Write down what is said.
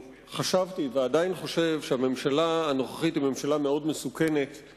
חשבתי ואני עדיין חושב שהממשלה הנוכחית היא ממשלה מסוכנת מאוד,